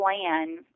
plan